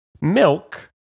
milk